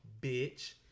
bitch